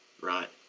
Right